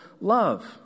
love